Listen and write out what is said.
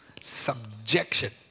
subjection